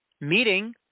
meeting